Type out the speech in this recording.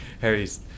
Harry's